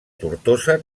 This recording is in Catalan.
tortosa